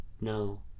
no